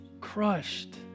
Crushed